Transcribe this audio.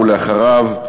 אחריו,